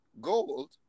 gold